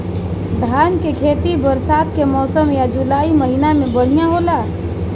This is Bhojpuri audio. धान के खेती बरसात के मौसम या जुलाई महीना में बढ़ियां होला?